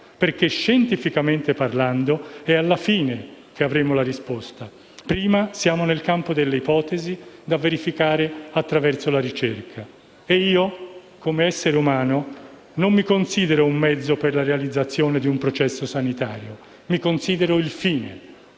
perché, scientificamente parlando, è alla fine che avremo la risposta; prima siamo nel campo delle ipotesi da verificare attraverso la ricerca. Io, come essere umano, non mi considero un mezzo per la realizzazione di un processo sanitario ma il fine.